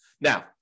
Now